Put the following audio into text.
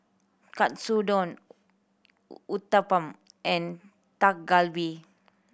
Katsudon Uthapam and Dak Galbi